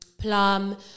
Plum